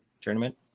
tournament